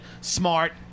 smart